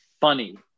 funny